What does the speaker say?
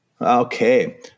Okay